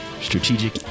strategic